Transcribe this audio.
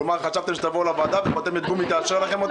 כלומר, חשבתם שתבואו לוועדה וחותמת גומי תאשר לכם?